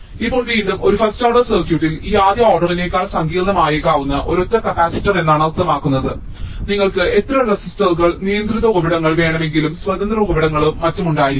ഇപ്പോൾ വീണ്ടും ഒരു ഫസ്റ്റ് ഓർഡർ സർക്യൂട്ടിൽ ഈ ആദ്യ ഓർഡറിനേക്കാൾ സങ്കീർണ്ണമായേക്കാവുന്ന ഒരൊറ്റ കപ്പാസിറ്റർ എന്നാണ് അർത്ഥമാക്കുന്നത് നിങ്ങൾക്ക് എത്ര റെസിസ്റ്ററുകൾ നിയന്ത്രിത ഉറവിടങ്ങൾ വേണമെങ്കിലും സ്വതന്ത്ര ഉറവിടങ്ങളും മറ്റും ഉണ്ടായിരിക്കും